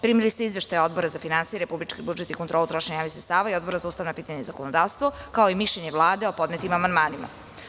Primili ste izveštaj Odbora za finansije, republički budžet i kontrolu trošenja javnih sredstava i Odbora za ustavna pitanja i zakonodavstvo, kao i mišljenje Vlade o podnetim amandmanima.